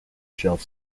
shelf